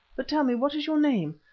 but tell me what is your name?